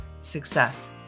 success